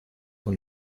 und